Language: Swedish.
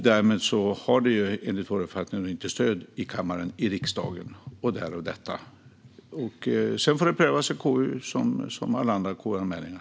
Därmed har det enligt vår uppfattning inte stöd i kammaren i riksdagen, och därav detta. Sedan får det prövas i KU som alla andra KU-anmälningar.